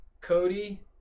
Cody